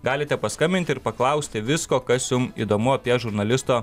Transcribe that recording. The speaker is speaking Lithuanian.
galite paskambinti ir paklausti visko kas jum įdomu apie žurnalisto